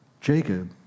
Jacob